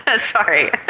Sorry